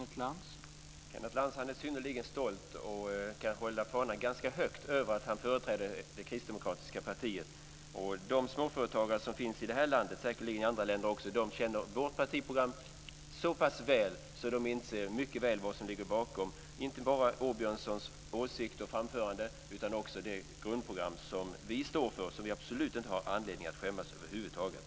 Herr talman! Kenneth Lantz är synnerligen stolt och kan hålla fanan ganska högt över att han företräder det kristdemokratiska partiet. De småföretagare som finns i det här landet, och säkerligen i andra länder också, känner vårt partiprogram så pass väl att de inser mycket väl vad som ligger bakom inte bara Åbjörnssons åsikter i anförandet utan också det grundprogram som vi står för och som vi absolut inte har anledning att skämmas för över huvud taget.